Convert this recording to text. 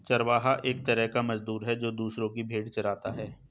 चरवाहा एक तरह का मजदूर है, जो दूसरो की भेंड़ चराता है